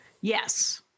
Yes